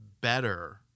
better